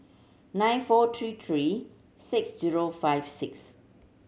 nine four three three six zero five six